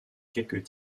quelques